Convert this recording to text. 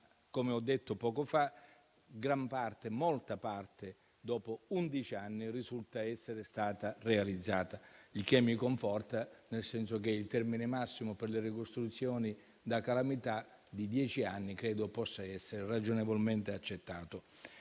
come ho detto poco fa, molta parte dei lavori, dopo undici anni, risulta essere stata realizzata, il che mi conforta nel senso che il termine massimo per le ricostruzioni da calamità di dieci anni credo possa essere ragionevolmente accettato.